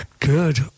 Good